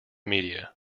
media